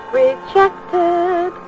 rejected